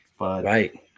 right